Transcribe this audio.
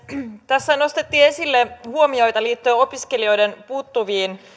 tässä nostettiin esille huomioita liittyen opiskelijoiden puuttuviin